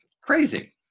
crazy